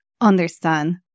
understand